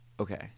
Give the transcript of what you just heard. Okay